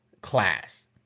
class